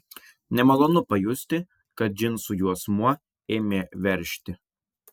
nemalonu pajusti kad džinsų juosmuo ėmė veržti